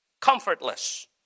comfortless